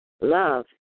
love